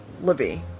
Libby